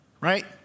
right